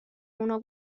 اونا